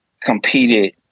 competed